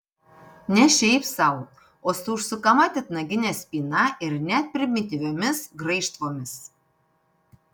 ne šiaip sau o su užsukama titnagine spyna ir net su primityviomis graižtvomis